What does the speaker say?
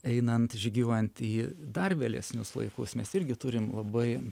einant žygiuojant į dar vėlesnius laikus mes irgi turim labai